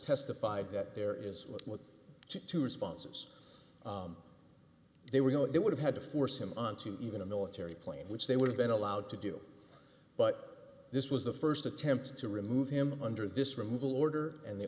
testified that there is two responses there were no it would have had to force him onto even a military plane which they would have been allowed to do but this was the first attempt to remove him under this removal order and the